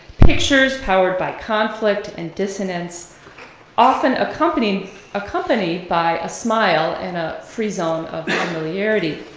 pictures powered by conflict and dissonance often accompanied accompanied by a smile and a frisson of familiarity.